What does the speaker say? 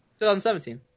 2017